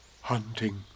Hunting